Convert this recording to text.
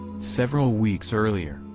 several weeks earlier,